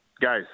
guys